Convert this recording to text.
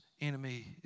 enemy